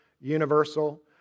universal